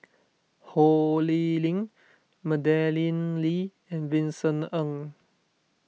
Ho Lee Ling Madeleine Lee and Vincent Ng